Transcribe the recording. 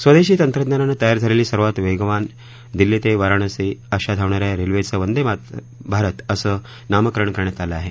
स्वदेशी तंत्रज्ञानाने तयार झालेली सर्वात वेगवान दिल्ली ते वाराणसी अशा धावणाऱ्या रेल्वेचं वंदे भारत असं नामकरण करण्यात आलेलं आहे